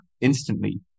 instantly